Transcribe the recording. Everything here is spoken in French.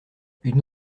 une